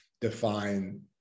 define